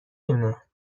دونه